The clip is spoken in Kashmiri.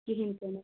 کِہیٖنٛۍ تہِ نہٕ